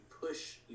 push